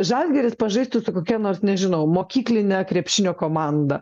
žalgiris pažaistų su kokia nors nežinau mokykline krepšinio komanda